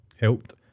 Helped